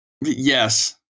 Yes